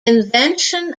invention